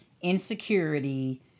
insecurity